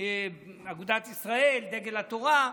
אגודת ישראל ודגל התורה,